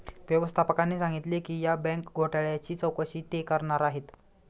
व्यवस्थापकाने सांगितले की या बँक घोटाळ्याची चौकशी ते करणार आहेत